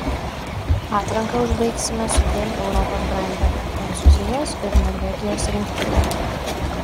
atranką užbaigsime su dviem europos grandėme prancūzijos ir norvegijos rinktinėm